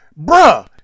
bruh